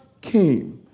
came